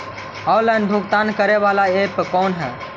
Online भुगतान करे बाला ऐप कौन है?